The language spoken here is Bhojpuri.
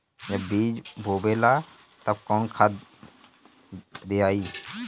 जब बीज बोवाला तब कौन खाद दियाई?